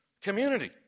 community